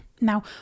now